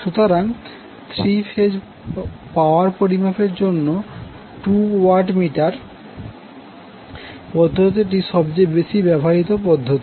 সুতরাং three phase power পরিমাপ করার জন্য টু ওয়াট মিটার পদ্ধতিটি সবচেয়ে বেশি ব্যবহৃত পদ্ধতি